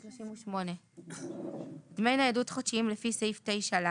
5. דמי ניידות חודשיים לפי סעיף 9ל